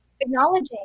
acknowledging